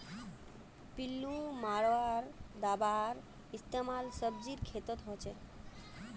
पिल्लू मारा दाबार इस्तेमाल सब्जीर खेतत हछेक